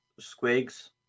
Squigs